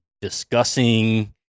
discussing